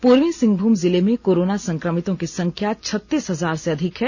पूर्वी सिंहभूम जिले में कोरोना संक्रमितों की संख्या छत्तीस हजार से अधिक है